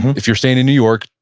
if you're staying in new york,